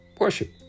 worship